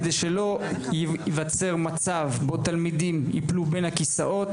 כדי שלא ייווצר מצב שבו תלמידים ייפלו בין הכיסאות,